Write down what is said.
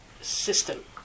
system